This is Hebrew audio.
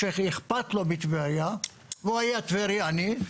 אבל בגלל שאכפת לו מטבריה והוא היה טברייני,